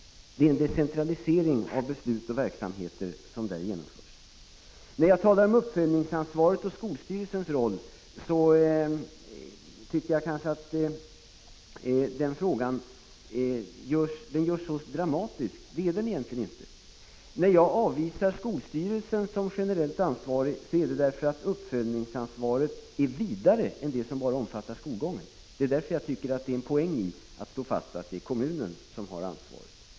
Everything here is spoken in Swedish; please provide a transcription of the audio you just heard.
Frågan om uppföljningsansvaret och skolstyrelsens roll i det sammanhanget tycker jag har överdramatiserats. Anledningen till att jag avvisar skolstyrelsen som generellt ansvarig är att uppföljningsansvaret är vidare, det omfattar inte bara skolgången. Därför tycker jag att det ligger en poäng i att slå fast att kommunen har ansvaret.